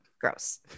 Gross